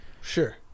Sure